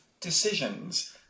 decisions